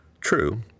True